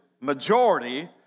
majority